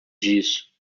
disso